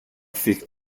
fick